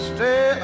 Stay